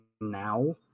now